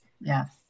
yes